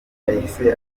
yahise